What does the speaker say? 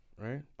Right